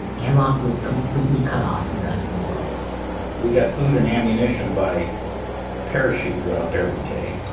an loc was completely cut off from the rest of the world we got food and ammunition by parachute drop every day.